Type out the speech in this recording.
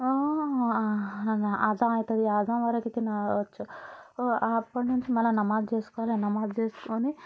అజ అవుతుంది అజం వరకు కావచ్చు అప్పటి నుంచి మరల నమాజ్ చేసుకొని నమాజ్ చేసుకొని